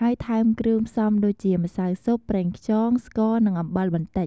ហើយថែមគ្រឿងផ្សំដូចជា ម្សៅស៊ុប ប្រេងខ្យង ស្ករ និង អំបិលបន្តិច។